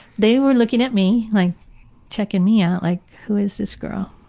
they were looking at me like checking me out like who is this girl?